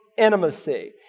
intimacy